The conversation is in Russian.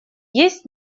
есть